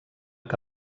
que